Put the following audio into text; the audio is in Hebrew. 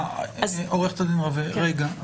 עורכת הדין רווה, רגע.